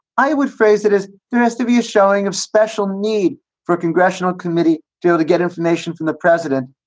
i would phrase it is there has to be a showing of special need for a congressional committee deal to get information from the president.